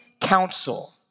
council